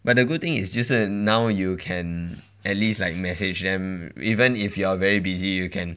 but the good thing is 就是 now you can at least like message them even if you are very busy you can